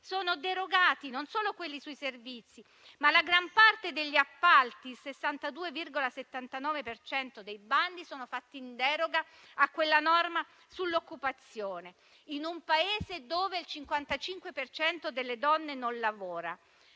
sono derogati, non solo quelli sui servizi, ma la gran parte degli appalti: il 62,79 per cento dei bandi sono fatti in deroga a quella norma sull'occupazione in un Paese dove il 55 per cento delle donne non lavora.